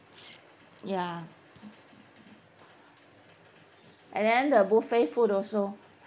ya and then the buffet food also